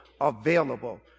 available